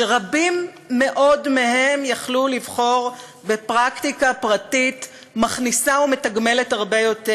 שרבים מאוד מהם יכלו לבחור בפרקטיקה פרטית מכניסה ומתגמלת הרבה יותר,